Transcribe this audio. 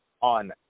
on